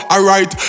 Alright